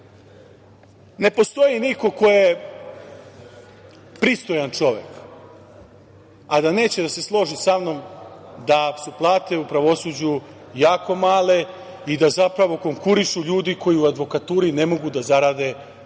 ne postoji niko ko je pristojan čovek a da neće da se složi sa mnom da su plate u pravosuđu jako male i da zapravo konkurišu ljudi koji u advokaturi ne mogu da zarade ta